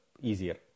easier